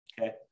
Okay